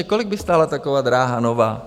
Kolik by stála taková dráha nová?